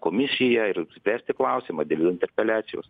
komisiją ir spręsti klausimą dėl interpeliacijos